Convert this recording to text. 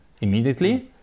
immediately